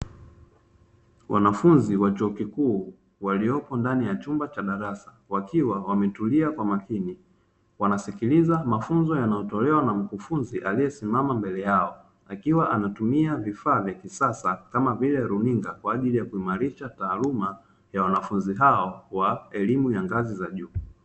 Wanafunzi wa chuo kikuu waliopo ndani ya chumba cha darasa wakiwa wametulia kwa makini, wanasikiliza mafunzo yanayotolewa na mkufunzi aliesimama mbele yao akiwa anatumia vifaa vya kisasa kama vile runinga, kwa ajili ya kuimarisha taaluma ya wanafunzi hao wa elimu ya ngazi za juu.